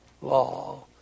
law